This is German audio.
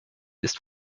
ist